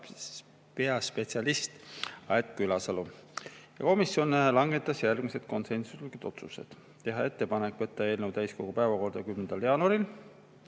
peaspetsialist Aet Külasalu. Komisjon langetas järgmised konsensuslikud otsused: teha ettepanek võtta eelnõu täiskogu päevakorda 10. jaanuariks